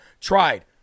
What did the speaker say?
tried